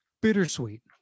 bittersweet